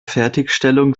fertigstellung